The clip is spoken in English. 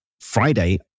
Friday